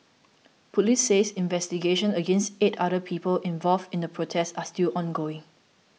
police says investigations against eight other people involved in the protest are still ongoing